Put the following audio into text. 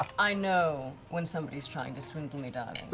i know when somebody's trying to swindle me, darling.